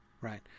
Right